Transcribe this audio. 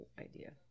idea